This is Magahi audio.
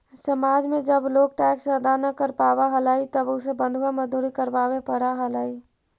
समाज में जब लोग टैक्स अदा न कर पावा हलाई तब उसे बंधुआ मजदूरी करवावे पड़ा हलाई